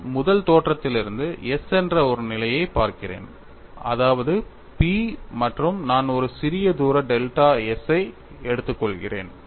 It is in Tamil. நான் முதல் தோற்றத்திலிருந்து s என்ற ஒரு நிலையைப் பார்க்கிறேன் அதாவது P மற்றும் நான் ஒரு சிறிய தூர டெல்டா s ஐ எடுத்துக்கொள்கிறேன்